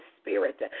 spirit